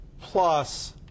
plus